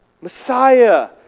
Messiah